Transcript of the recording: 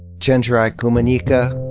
chenjerai kumanyika,